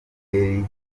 eli